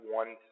one